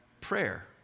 prayer